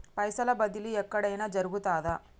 పైసల బదిలీ ఎక్కడయిన జరుగుతదా?